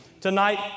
Tonight